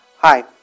Hi